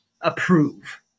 approve